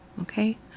Okay